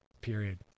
period